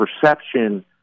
perception